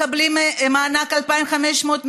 מקבלים מענק 2,500,